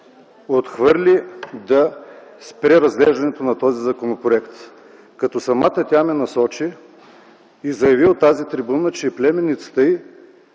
отхвърли да спре разглеждането на този законопроект. Тя ме насочи и заяви от тази трибуна, че племеницата й